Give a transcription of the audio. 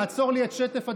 לעצור לי את שטף הדברים.